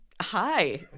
Hi